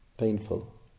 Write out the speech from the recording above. painful